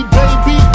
baby